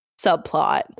subplot